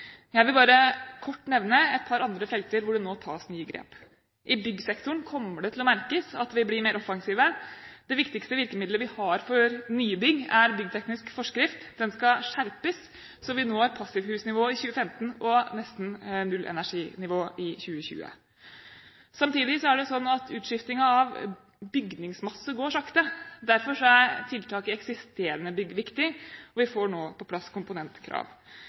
Jeg vil bare kort nevne et par andre felt hvor det nå tas nye grep. I byggsektoren kommer det til å merkes at vi blir mer offensive. Det viktigste virkemidlet vi har for nye bygg, er Byggteknisk forskrift. Den skal skjerpes, slik at vi når passivhusnivået i 2015 og nesten nullenerginivået i 2020. Samtidig er det sånn at utskiftingen av bygningsmasse går sakte. Derfor er tiltak i eksisterende bygg viktig, og vi får nå på plass komponentkrav.